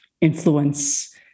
influence